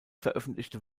veröffentlichte